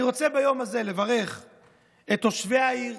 אני רוצה ביום הזה לברך את תושבי העיר,